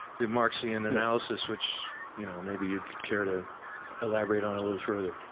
the marxian analysis, which you know maybe you'd you'd care to elaborate on a little further.